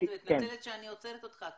מתנצלת שאני עוצרת אותך,